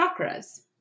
chakras